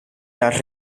las